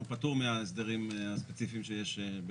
הוא פטור מההסדרים הספציפיים שיש.